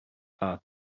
are